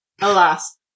alas